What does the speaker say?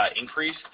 increase